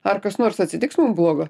ar kas nors atsitiks mum blogo